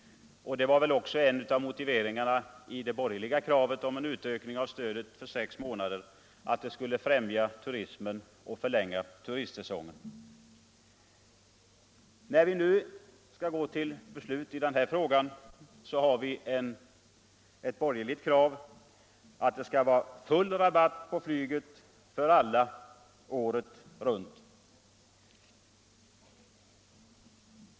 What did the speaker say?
En av motiveringarna i det borgerliga kravet på en utökning av stödet att gälla under sex månader var väl också att det skulle främja turismen och förlänga turistsäsongen. När vi nu skall gå till beslut i denna fråga finns det ett borgerligt krav på full rabatt på flyget året runt och för alla.